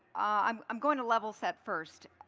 i'm i'm going to level set first.